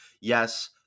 Yes